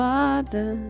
Father